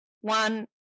one